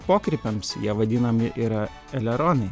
pokrypiams jie vadinami yra eleronai